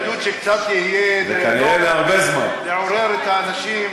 יש לך התנגדות שקצת תהיה, זה טוב לעורר את האנשים.